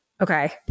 Okay